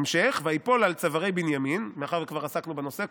המשך: "ויפול על צוארי בנימין" מאחר שכבר עסקנו בנושא,